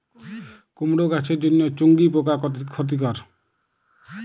কুমড়ো গাছের জন্য চুঙ্গি পোকা ক্ষতিকর?